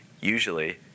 Usually